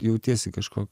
jautiesi kažko